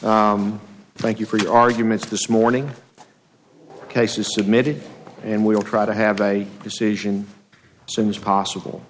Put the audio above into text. thank you for your arguments this morning case is submitted and we'll try to have a decision so it's possible